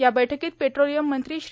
या बैठकीत पेट्रोलीअम मंत्री श्री